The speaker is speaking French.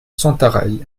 sentaraille